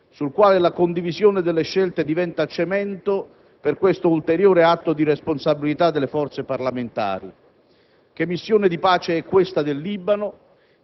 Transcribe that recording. Va riconosciuto un dato forte, sul quale la condivisione delle scelte diventa cemento per questo ulteriore atto di responsabilità delle forze parlamentari: